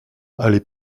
allée